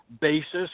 basis